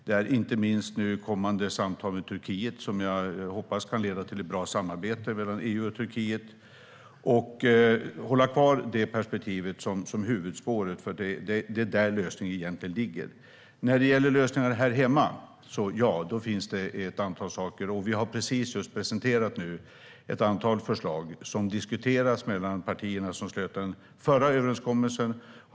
Det gäller inte minst kommande samtal med Turkiet som jag hoppas kan leda till ett bra samarbete mellan EU och Turkiet. Vi ska hålla kvar det perspektivet som huvudspår, för det är där lösningen ligger. När det gäller lösningar här hemma finns det ett antal saker. Vi har precis presenterat ett antal förslag som diskuteras mellan partierna som slöt den förra överenskommelsen.